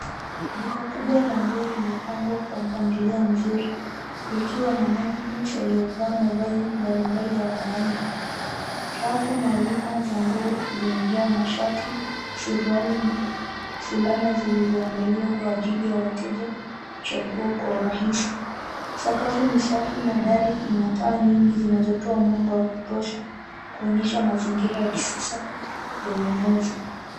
Duka kubwa la nguo limepangwa kwa mpangilio mzuri, likiwa na mannequin walio vaa mavazi mbalimbali ya wanaume. Rafu na wima za nguo zimejaa mashati, suruali na fulana zilizoandaliwa kwa ajili ya wateja kuchangua kwa urahisi. Sakafu ni safi na dari inataa nyingi zinazotoa mwanga wa kutosha kuonyesha mazingira ya kisasa ya ununuzi.